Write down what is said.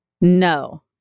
No